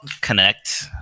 connect